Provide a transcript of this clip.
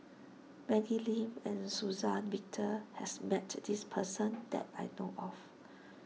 Maggie Lim and Suzann Victor has met this person that I know of